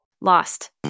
Lost